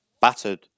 battered